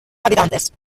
habitantes